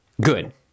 good